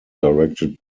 directed